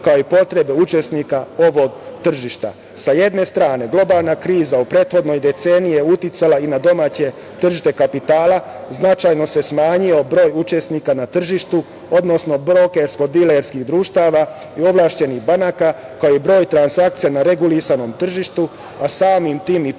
kao i potrebe učesnika ovog tržišta.S jedne strane, globalna kriza u prethodnoj deceniji je uticala i na domaće tržište kapitala. Značajno se smanjio broj učesnika na tržištu, odnosno brokersko-dilerskih društava i ovlašćenih banaka, kao i broj transakcija na regulisanom tržištu, a samim tim i promet na